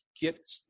get